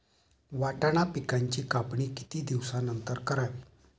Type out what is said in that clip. वाटाणा पिकांची कापणी किती दिवसानंतर करावी?